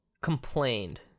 complained